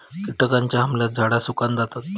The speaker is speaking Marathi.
किटकांच्या हमल्यात झाडा सुकान जातत